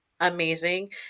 amazing